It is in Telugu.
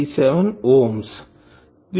దీని విలువ ఇక్కడ పెడదాం